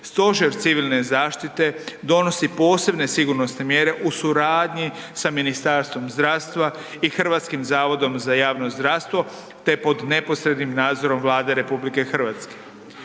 Stožer civilne zaštite donosi posebne sigurnosne mjere u suradnji sa Ministarstvom zdravstva i HZJZ te pod neposrednim nadzorom Vlade RH.